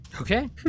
Okay